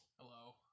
Hello